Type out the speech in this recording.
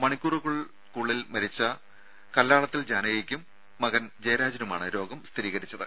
മണിക്കൂറുകൾക്കിടയിൽ മരിച്ച കല്ലാളത്തിൽ ജാനകിക്കും മകൻ ജയരാജനുമാണ് രോഗം സ്ഥിരീകരിച്ചത്